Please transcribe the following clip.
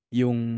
yung